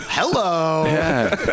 Hello